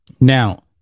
Now